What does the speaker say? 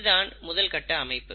இதுதான் முதல் கட்ட அமைப்பு